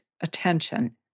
attention